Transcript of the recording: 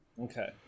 Okay